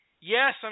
Yes